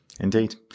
Indeed